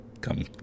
come